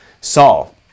Saul